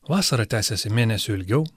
vasara tęsiasi mėnesiu ilgiau